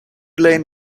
lane